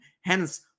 Hence